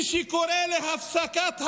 מי שקורא להפסקת המלחמה,